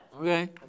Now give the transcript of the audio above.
Okay